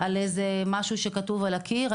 על משהו שכתוב על הקיר,